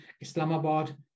Islamabad